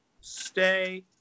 stay